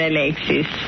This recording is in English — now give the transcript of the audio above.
Alexis